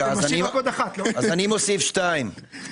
אז אני מוסיף שתיים.